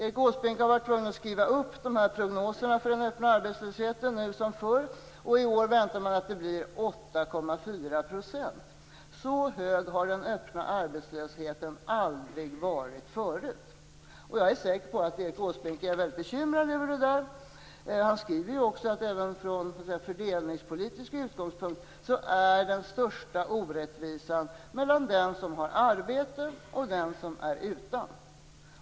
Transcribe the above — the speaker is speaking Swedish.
Erik Åsbrink har nu som förr varit tvungen att skriva upp prognoserna för den öppna arbetslösheten. I år väntas den blir 8,4 %. Så hög har den öppna arbetslösheten aldrig varit förut. Jag är ganska säker på att Erik Åsbrink är bekymrad över detta. Han skriver ju också att från fördelningspolitisk synpunkt finns den största orättvisan mellan den som har arbete och den som är utan.